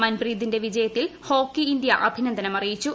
മൻപ്രീതിന്റെ വിജയത്തിൽ Hockey India അഭിനന്ദനമറിയിച്ചു